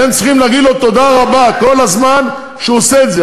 אתם צריכים להגיד לו תודה רבה כל הזמן שהוא עושה את זה,